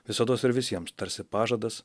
visados ir visiems tarsi pažadas